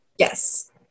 Yes